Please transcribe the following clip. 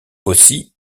aussi